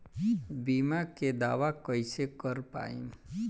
बीमा के दावा कईसे कर पाएम?